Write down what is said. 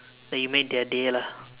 like you made their day lah